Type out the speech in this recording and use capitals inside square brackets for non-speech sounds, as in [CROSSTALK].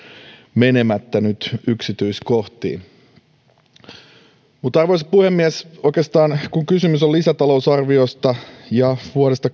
menemättä nyt yksityiskohtiin arvoisa puhemies oikeastaan kun kysymys on lisätalousarviosta ja vuodesta [UNINTELLIGIBLE]